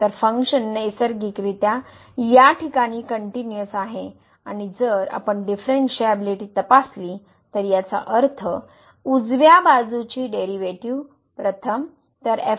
तर फंक्शन नैसर्गिकरित्या या ठिकाणी कनटीनुअस आहे आणि जर आपण डीफरनशिअबिलीटी तपासली तर याचा अर्थ उजव्या बाजूची डेरीवेटीव प्रथम